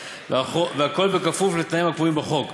והכול בכפוף לתנאים הקבועים בחוק.